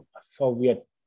Soviet